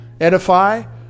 edify